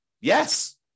Yes